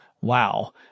wow